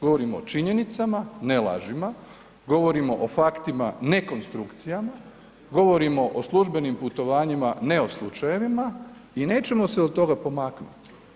Govorimo o činjenicama, ne lažima, govorimo o faktima, ne konstrukcijama, govorimo o službenim putovanjima, ne o slučajevima i nećemo se od toga pomaknuti.